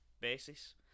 basis